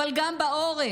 אבל גם בעורף,